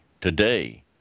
today